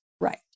Right